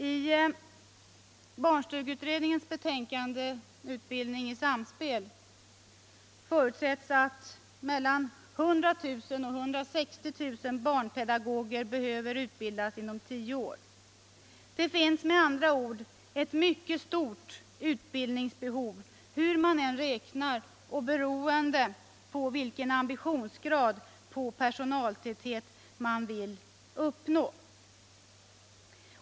I barnstugeutredningens betänkande Utbildning i samspel förutsätts att mellan 100 000 och 160 000 barnpedagoger behöver utbildas inom tio år. Det finns med andra ord ett mycket stort utbildningsbehov hur man än räknar och beroende på vilken ambitionsgrad beträffande personaltäthet man vill uppnå.